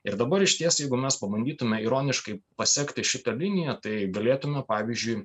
ir dabar išties jeigu mes pabandytume ironiškai pasekti šitą liniją tai galėtume pavyzdžiui